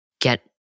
get